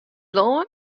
lân